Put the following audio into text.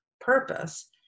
purpose